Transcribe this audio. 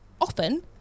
Often